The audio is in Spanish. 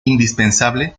indispensable